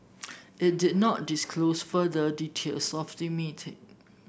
it did not disclose further details of the meeting